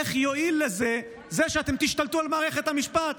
איך יועיל לזה זה שאתם תשלטו על מערכת המשפט,